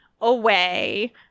away